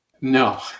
No